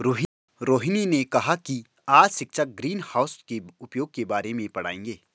रोहिनी ने कहा कि आज शिक्षक ग्रीनहाउस के उपयोग के बारे में पढ़ाएंगे